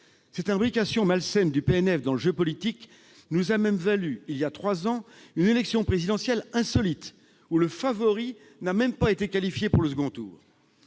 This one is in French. du parquet national financier dans le jeu politique nous a même valu, voilà trois ans, une élection présidentielle insolite, où le favori n'a même pas été qualifié pour le second tour.